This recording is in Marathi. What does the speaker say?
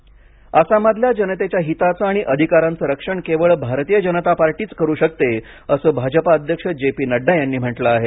नड्डा आसाम आसाममधल्या जनतेच्या हिताचं आणि अधिकारांचं रक्षण केवळ भारतीय जनता पार्टीच करू शकते असं भाजपा अध्यक्ष जे पी नड्डा यांनी म्हटलं आहे